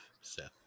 Seth